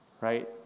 right